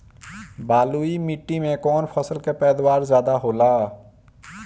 बालुई माटी में कौन फसल के पैदावार ज्यादा होला?